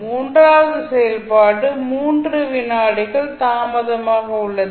மூன்றாவது செயல்பாடு 3 வினாடிகள் தாமதமாக உள்ளது